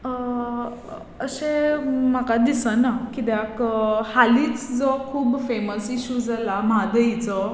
अशें म्हाका दिसना किद्याक हालींच जो खूब फेमस इशू जाला म्हादयीचो